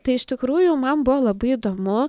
tai iš tikrųjų man buvo labai įdomu